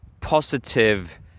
positive